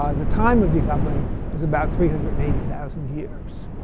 um the time of decoupling is about three hundred and eighty thousand years.